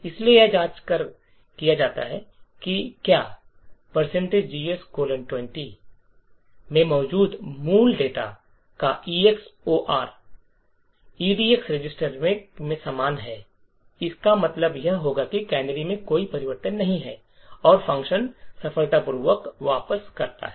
इसलिए यह जांचकर किया जाता है कि क्या जीएस 20 में मौजूद मूल डेटा का एक्स ऑर ईडीएक्स रजिस्टर में समान है इसका मतलब यह होगा कि कैनरी में कोई परिवर्तन नहीं है और फंक्शन सफलतापूर्वक वापस करता है